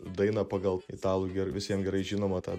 dainą pagal italų gerai visiems gerai žinomą tą